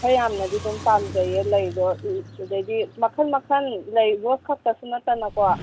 ꯈꯔ ꯌꯥꯝꯅꯗꯤ ꯑꯗꯨꯝ ꯄꯥꯝꯖꯩꯌꯦ ꯂꯩꯕ ꯑꯗꯒꯤ ꯃꯈꯜ ꯃꯈꯜ ꯂꯩꯕꯈꯛꯇꯁꯨ ꯅꯠꯇꯅꯀꯣ